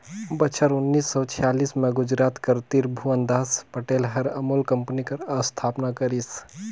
बछर उन्नीस सव छियालीस में गुजरात कर तिरभुवनदास पटेल हर अमूल कंपनी कर अस्थापना करिस